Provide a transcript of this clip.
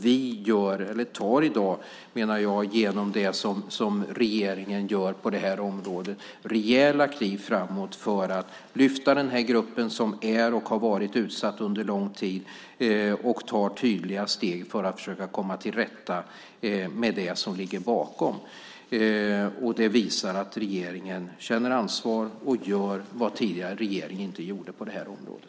Vi tar i dag, menar jag, genom det som regeringen gör på det här området rejäla kliv framåt för att lyfta upp den här gruppen som är och under lång tid har varit utsatt. Vi tar tydliga steg för att försöka komma till rätta med det som ligger bakom. Det visar att regeringen känner ansvar och gör vad den tidigare regeringen inte gjorde på det här området.